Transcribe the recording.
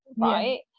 right